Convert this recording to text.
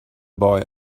boy